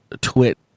twit